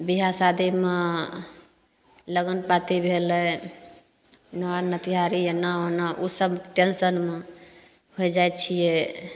बियाह शादीमे लगन पाती भेलय ने नतिहारी एना ओना उसब टेन्शनमे होइ जाइ छियै